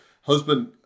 Husband